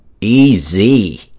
Easy